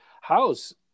house